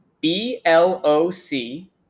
B-L-O-C